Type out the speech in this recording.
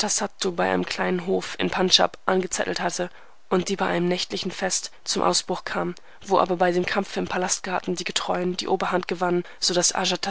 ajatasattu bei einem kleinen hof in pendschab angezettelt hatte und die bei einem nächtlichen fest zum ausbruch kam wo aber bei dem kampfe im palastgarten die getreuen die oberhand gewannen so daß